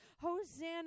Hosanna